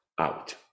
out